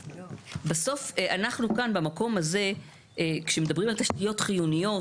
בסוף אנחנו כאן במקום הזה כשמדברים על תשתיות חיוניות,